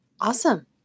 Awesome